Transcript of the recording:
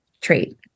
trait